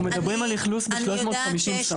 אנחנו מדברים על אכלוס ב-350 סמ"ר.